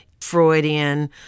Freudian